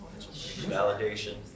Validation